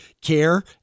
care